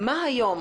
מה היום